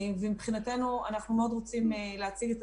ומבחינתנו אנחנו מאוד רוצים להציג את